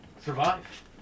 survive